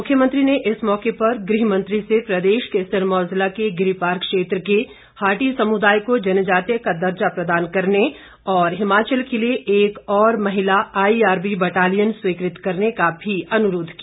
मुख्यमंत्री ने इस मौके पर गृह मंत्री से प्रदेश के सिरमौर जिला के गिरिपार क्षेत्र के हाटि समुदाय को जनजातीय का दर्जा प्रदान करने और हिमाचल के लिए एक और महिला आईआरबी बटालियन स्वीकृत करने का भी अनुरोध किया